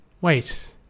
Wait